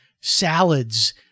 salads